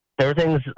Everything's